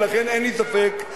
ולכן אין לי ספק,